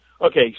Okay